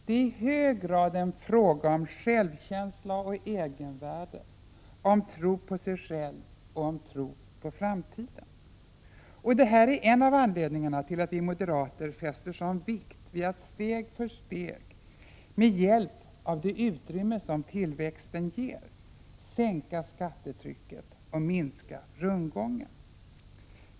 Det är i hög grad en fråga om just självkänsla, egenvärde, om tro på sig själv och om tro på framtiden. Detta är en av anledningarna till att vi moderater fäster sådan vikt vid att steg för steg, med hjälp av det utrymme som tillväxten ger, sänka skattetrycket och minska rundgången.